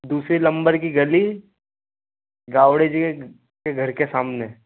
दूसरे लम्बर की गली गावड़े जी क के घर के सामने